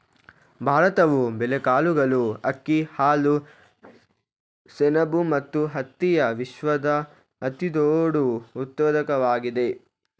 ಭಾರತವು ಬೇಳೆಕಾಳುಗಳು, ಅಕ್ಕಿ, ಹಾಲು, ಸೆಣಬು ಮತ್ತು ಹತ್ತಿಯ ವಿಶ್ವದ ಅತಿದೊಡ್ಡ ಉತ್ಪಾದಕವಾಗಿದೆ